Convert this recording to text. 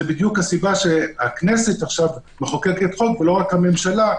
זאת בדיוק הסיבה שהכנסת עכשיו מחוקקת חוק ולא רק הממשלה,